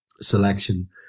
selection